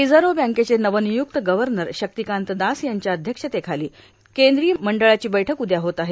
reserve बँकेचे नवनिय़क्त governor Shaktikanta Das यांच्या अध्यक्षतेखाली केंद्रीय मंडळाची बैठक उद्या होत आहे